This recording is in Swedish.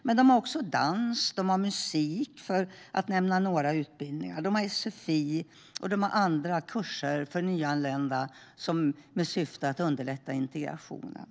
Men de har också dans och musik, för att nämna några utbildningar, och de har sfi och andra kurser för nyanlända med syfte att underlätta integrationen.